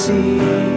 see